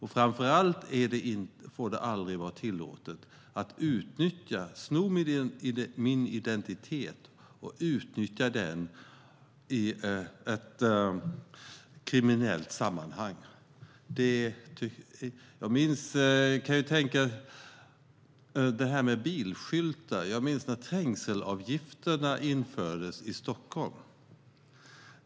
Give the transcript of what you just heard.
Framför allt får det aldrig vara tillåtet att utnyttja och sno min identitet och använda den i ett kriminellt syfte. När det gäller det här med bilskyltar minns jag när trängselavgifterna infördes i Stockholm.